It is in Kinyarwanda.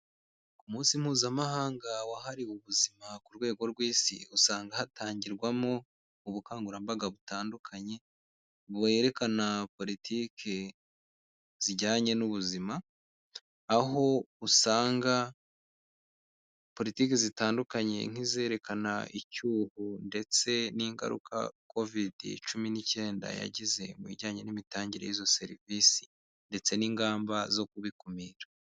Ku munsi mpuzamahanga wahariwe ubuzima ku rwego rw'Isi, usanga hatangirwamo ubukangurambaga butandukanye, bwerekana politiki zijyanye n'ubuzima, aho usanga politiki zitandukanye nk'izerekana icyuho ndetse n'ingaruka Kovide cumi n'icyenda yagize mu bijyanye n'imitangire y'izo serivisi ndetse n'ingamba zo kubikumira.